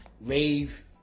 rave